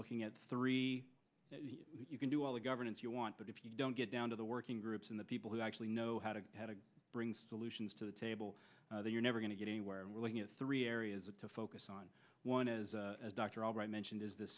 looking at three you can do all the governance you want but if you don't get down to the working groups and the people who actually know how to bring solutions to the table you're never going to get anywhere and we're looking at three areas to focus on one is as dr albright mentioned is the